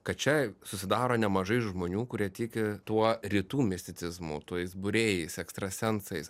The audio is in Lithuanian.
kad čia susidaro nemažai žmonių kurie tiki tuo rytų misticizmu tais būrėjais ekstrasensais